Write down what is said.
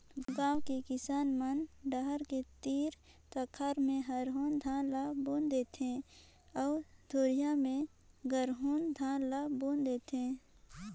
गांव के किसान मन डहर के तीर तखार में हरहून धान ल बुन थें अउ दूरिहा में गरहून धान ल बून थे